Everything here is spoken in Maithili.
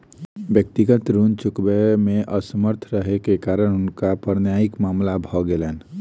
व्यक्तिगत ऋण चुकबै मे असमर्थ रहै के कारण हुनका पर न्यायिक मामला भ गेलैन